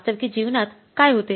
वास्तविक जीवनात काय होते